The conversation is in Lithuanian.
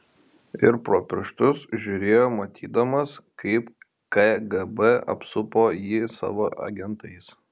ir pro pirštus žiūrėjo matydamas kaip kgb apsupo jį savo agentais